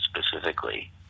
specifically